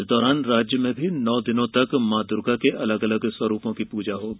इस दौरान राज्य में भी नौ दिनों तक मां दुर्गा के अलग अलग स्वरूपों की प्रजा होगी